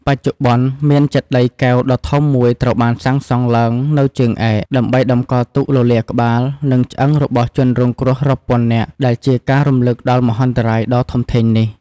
បច្ចុប្បន្ន មានចេតិយកែវដ៏ធំមួយត្រូវបានសាងសង់ឡើងនៅជើងឯក ដើម្បីតម្កល់ទុកលលាដ៍ក្បាល និងឆ្អឹងរបស់ជនរងគ្រោះរាប់ពាន់នាក់ ដែលជាការរំលឹកដល់មហន្តរាយដ៏ធំធេងនេះ។